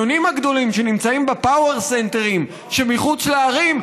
הקניונים הגדולים שנמצאים בפאוור-סנטרים שמחוץ לערים,